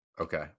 Okay